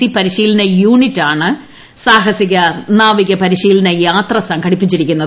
C പരിശീലന യൂണിറ്റാണ് സാഹസിക നാവിക പരിശീലന യാത്ര സംഘടിപ്പിച്ചിരിക്കുന്നത്